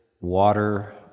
water